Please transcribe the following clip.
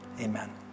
Amen